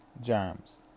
Germs